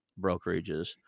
brokerages